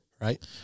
right